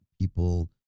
people